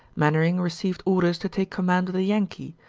mainwaring received orders to take command of the yankee,